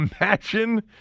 imagine